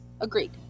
Agreed